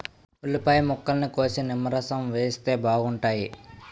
ఉల్లిపాయ ముక్కల్ని కోసి నిమ్మరసం వేస్తే బాగుంటాయి